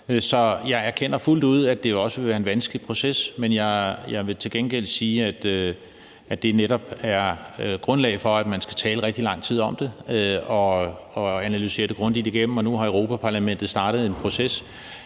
jeg erkender fuldt ud, at det også vil være en vanskelig proces; men jeg vil til gengæld sige, at det netop er grunden til, at man skal tale rigtig lang tid om det og analysere det grundigt igennem. Nu har Europa-Parlamentet startet en proces,